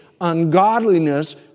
ungodliness